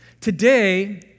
Today